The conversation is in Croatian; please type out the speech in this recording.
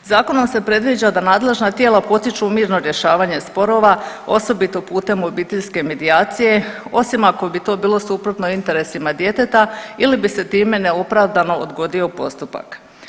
Zakonom se predviđa da nadležna tijela potiču mirno rješavanje sporova, osobito putem obiteljske medijacije, osim ako bi to bilo suprotno interesima djeteta ili bi se time neopravdano odgodio postupak.